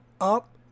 up